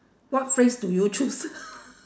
what phrase do you choose